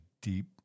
deep